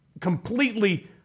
completely